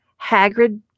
Hagrid